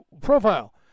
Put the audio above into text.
profile